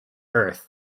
earth